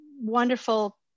wonderful